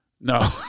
No